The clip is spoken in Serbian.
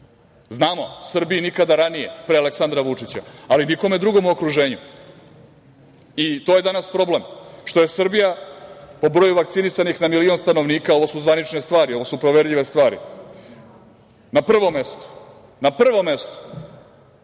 Znamo Srbiji nikada ranije pre Aleksandra Vučića, ali nikome drugom u okruženju i to je danas problem što je Srbija po broju vakcinisanih na milion stanovnika, ovo su zvanične stvari, ovo su proverljive stvari, na prvom mestu, kada je reč o